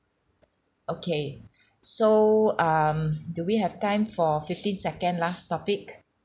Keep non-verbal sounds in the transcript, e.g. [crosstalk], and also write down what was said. okay [breath] so um do we have time for fifteen second last topic